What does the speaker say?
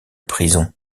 prison